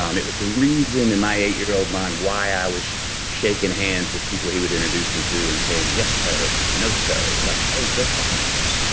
um it was the reason in my eight year old mind why i was shaking hands with people he would introduce me to and saying, yes, sir and no, sir. it was like, oh, they're fathers.